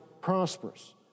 prosperous